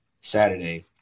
Saturday